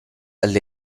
alle